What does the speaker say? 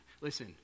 Listen